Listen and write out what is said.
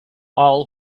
all